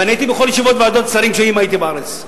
ואני הייתי בכל ישיבות ועדות השרים אם הייתי בארץ.